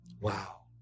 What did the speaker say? Wow